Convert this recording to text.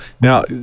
Now